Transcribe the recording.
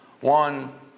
One